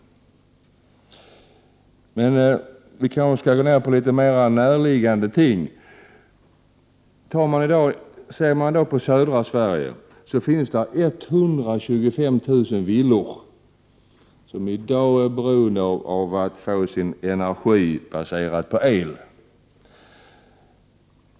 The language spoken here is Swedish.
Men vi kanske skall gå till mera närliggande ting. I södra Sverige finns det 125 000 villor, som i dag är beroende av att få sin energi baserad på el.